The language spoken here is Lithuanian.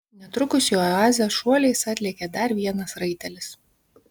netrukus į oazę šuoliais atlėkė dar vienas raitelis